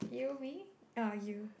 you me orh you